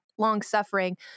long-suffering